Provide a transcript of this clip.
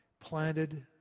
planted